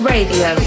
Radio